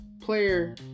player